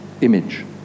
image